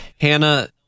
Hannah